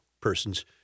person's